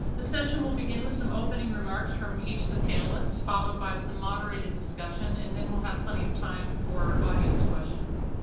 the session will begin with some opening remarks from each of the panelists, followed by some moderated discussion, and then we'll have plenty of time for audience questions.